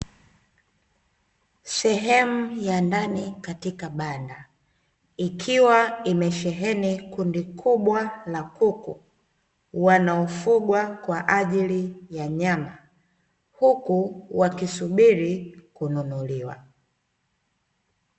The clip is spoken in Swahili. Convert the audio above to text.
Sehemu ya ndani katika banda, ikiwa imesheni kundi kubwa la kuku wanaofugwa kwaajili ya nyama, huku wakisubiri kununuliwa.